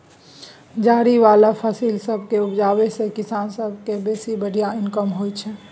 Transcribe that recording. जरि बला फसिल सब केर उपज सँ किसान सब केँ बेसी बढ़िया इनकम होइ छै